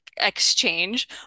exchange